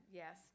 yes